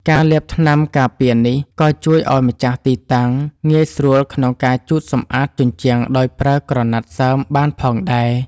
ការលាបថ្នាំការពារនេះក៏ជួយឱ្យម្ចាស់ទីតាំងងាយស្រួលក្នុងការជូតសម្អាតជញ្ជាំងដោយប្រើក្រណាត់សើមបានផងដែរ។